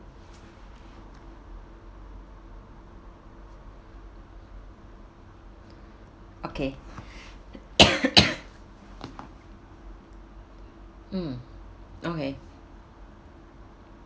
okay mm okay